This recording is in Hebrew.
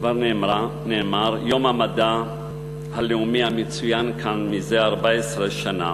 כבר נאמר יום המדע הלאומי המצוין כאן מזה 14 שנה,